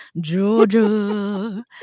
Georgia